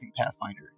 Pathfinder